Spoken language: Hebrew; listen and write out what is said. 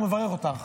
מברך אותך.